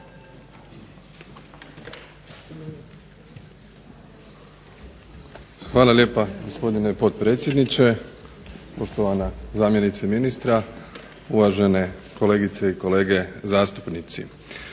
Hvala lijepa. Gospodine potpredsjedniče, poštovana zamjenice ministra, uvažene kolegice i kolege zastupnici.